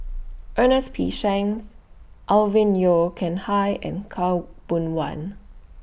Ernest P Shanks Alvin Yeo Khirn Hai and Khaw Boon Wan